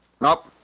Nope